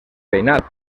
veïnat